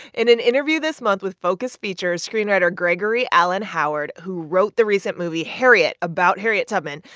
in an interview this month with focus features, screenwriter gregory allen howard, who wrote the recent movie harriet about harriet tubman,